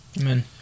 Amen